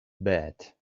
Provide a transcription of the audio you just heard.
bet